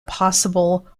possible